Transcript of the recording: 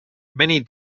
many